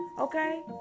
okay